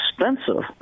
expensive